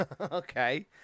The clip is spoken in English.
Okay